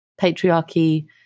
Patriarchy